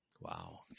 Wow